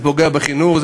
זה פוגע בחינוך,